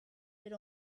with